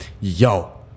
Yo